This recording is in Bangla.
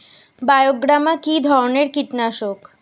বায়োগ্রামা কিধরনের কীটনাশক?